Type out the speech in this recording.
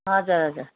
हजुर हजुर